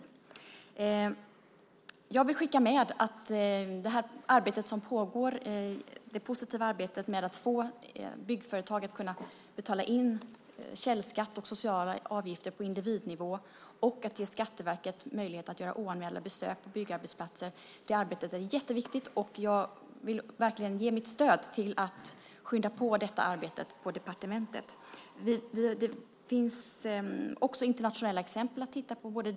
Jag vill skicka med att det positiva arbete som pågår för att få byggföretag att betala in källskatt och sociala avgifter på individnivå och att Skatteverket ges möjlighet att göra oanmälda besök på byggarbetsplatser är jätteviktigt. Jag vill verkligen ge mitt stöd till att detta arbete skyndas på i departementet. Det finns också internationella exempel att titta på.